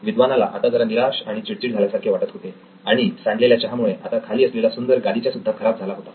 विद्वानाला आता जरा निराश आणि चिडचिड झाल्यासारखे वाटत होते आणि सांडलेल्या चहामुळे आता खाली असलेला सुंदर गालिचा सुद्धा खराब झाला होता